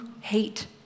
hate